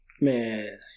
Man